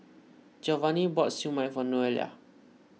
Giovanny bought Siew Mai for Noelia